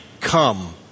come